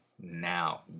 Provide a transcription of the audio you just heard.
now